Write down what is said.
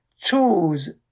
chose